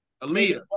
Aaliyah